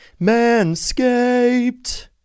Manscaped